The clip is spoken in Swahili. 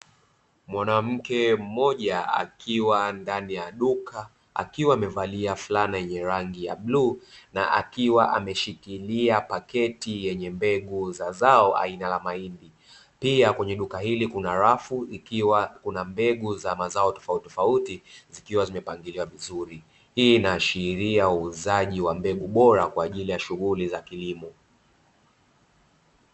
Mwanamke mmoja akiwa ndani ya duka, akiwa amevalia fulana yenye rangi ya bluu na akiwa ameshikilia paketi yenye mbegu za zao aina ya mahindi, pia kwenye duka hili kuna rafu ikiwa kuna mbegu za mazao tofauti tofauti, zikiwa zimepangiliwa vizuri hii inaashiria uuzaji wa mbegu bora kwa ajili ya shughuli za kilimo.